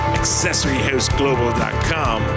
accessoryhouseglobal.com